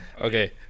Okay